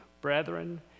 brethren